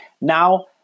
Now